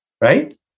Right